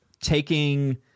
taking –